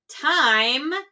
TIME